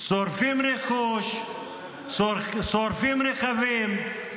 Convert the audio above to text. שורפים רכוש, שורפים רכבים,